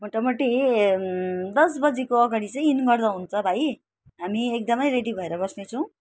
मोटामोटी दस बजीको अगाडि चाहिँ इन गर्दा हुन्छ भाइ हामी एकदम रेडी भएर बस्ने छौँ